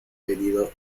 pedido